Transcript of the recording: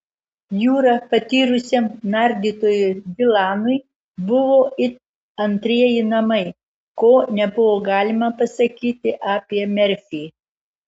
jūra patyrusiam nardytojui dilanui buvo it antrieji namai ko nebuvo galima pasakyti apie merfį